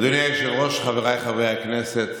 אדוני היושב-ראש, חבריי חברי הכנסת,